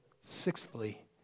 Sixthly